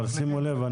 אבל שימו לב,